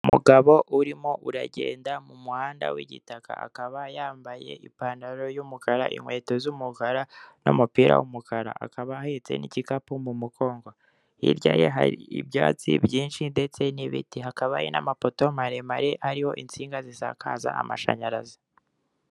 Inzu mberabyombi iteraniyemo abantu binjyeri zitandukanye, murabo bantu harimo abagore ndetse n'abagabo n'undi uhagaze imbere yabo atanga ikiganiro mu bwirwaruhame. Inyuma ye hakaba hari ibikoresho by'isakaza mashusho ndetse n'ibindi by'amamaza icyo bari kuvuga.